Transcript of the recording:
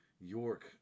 York